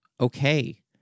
okay